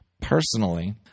personally